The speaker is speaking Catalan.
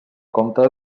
compte